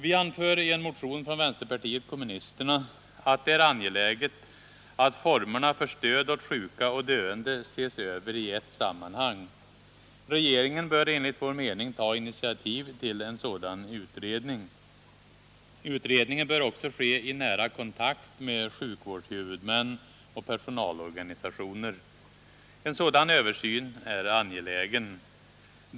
Vi anför i en motion från vänsterpartiet kommunisterna att det är angeläget att formerna för stöd åt sjuka och döende ses över i ett sammanhang. Regeringen bör enligt vår mening ta initiativ till en sådan utredning. Utredningen bör också ske i nära kontakt med sjukvårdshuvudmän och personalorganisationer. En sådan översyn är angelägen.